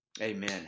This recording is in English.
Amen